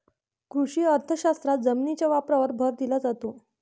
कृषी अर्थशास्त्रात जमिनीच्या वापरावर भर दिला जातो